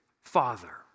Father